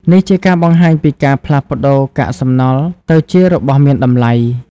នេះជាការបង្ហាញពីការផ្លាស់ប្តូរកាកសំណល់ទៅជារបស់មានតម្លៃ។